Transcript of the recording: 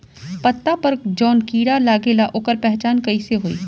पत्ता पर जौन कीड़ा लागेला ओकर पहचान कैसे होई?